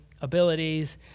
abilities